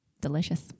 delicious